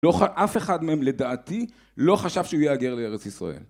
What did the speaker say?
אף אחד מהם לדעתי לא חשב שהוא יהגר לארץ ישראל